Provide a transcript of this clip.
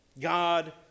God